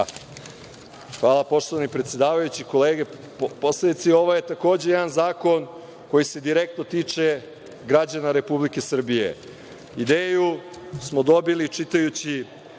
Hvala, poštovani predsedavajući. Kolege poslanici, ovo je takođe jedan zakon koji se direktno tiče građana Republike Srbije. Ideju smo dobili čitajući